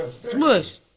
Smush